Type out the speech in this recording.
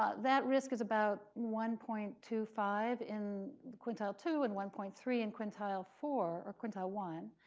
ah that risk is about one point two five in quintile two and one point three in quintile four or quintile one.